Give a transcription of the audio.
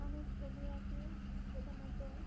আমি ছবি আঁকি প্রধানত